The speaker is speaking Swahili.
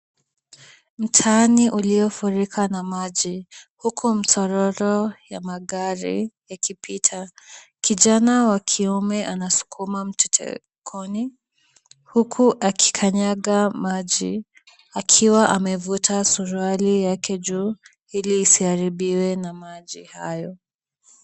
Mtaani uliofurika na maji huku mshororo ya magari yakipita, kijana wa kiume anasukuma mchochokoni huku akikanyaga maji akiwa amevuta suruali yake juu ili isiharibiwe na maji hayo.